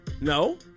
no